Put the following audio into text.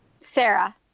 sarah